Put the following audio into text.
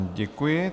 Děkuji.